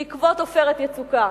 בעקבות "עופרת יצוקה",